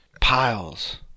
piles